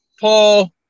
Paul